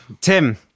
Tim